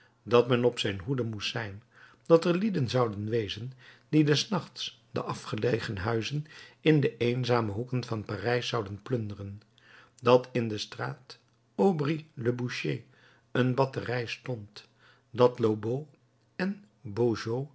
dat men op zijn hoede moest zijn dat er lieden zouden wezen die des nachts de afgelegen huizen in de eenzame hoeken van parijs zouden plunderen dat in de straat aubry le boucher een batterij stond dat lobau en